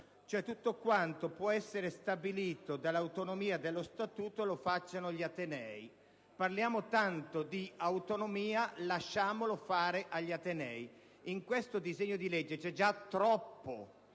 tutto quanto può essere stabilito dall'autonomia dello statuto sia di competenza degli atenei. Parliamo tanto di autonomia: lasciamo fare agli atenei! In questo disegno di legge c'è già troppo,